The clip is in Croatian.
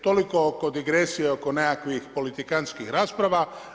Toliko oko digresije oko nekakvih politikanskih rasprava.